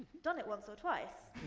done it once or twice.